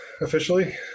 officially